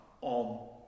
on